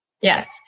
Yes